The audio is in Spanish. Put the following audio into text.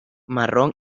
marrón